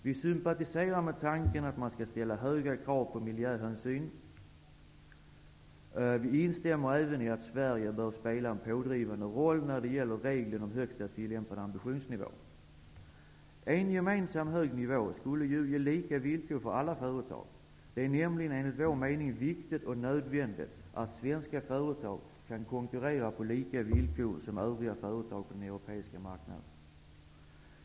Vi sympatiserar med tanken att man skall ställa höga krav på miljöhänsyn. Vi instämmer även i att Sverige bör spela en pådrivande roll när det gäller regeln om högsta tillämpade ambitionsnivå. En gemensam hög nivå skulle ju ge lika villkor för alla företag. Det är nämligen enligt vår mening viktigt och nödvändigt att svenska företag kan konkurrera på lika villkor som övriga företag på den europeiska marknaden.